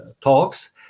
talks